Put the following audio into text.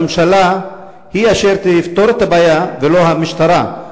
שהממשלה היא אשר תפתור את הבעיה ולא המשטרה,